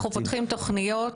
אנחנו פותחים תוכניות,